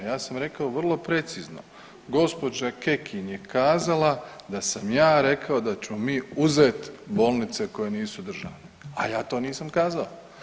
Ja sam rekao vrlo precizno, gospođa Kekin je kazala da sam ja rekao da ćemo mi uzet bolnice koje nisu državne, a ja to nisam kazao.